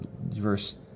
verse